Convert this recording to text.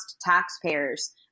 taxpayers